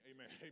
Amen